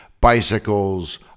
bicycles